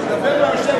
אתה מדבר ליושב-ראש,